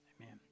Amen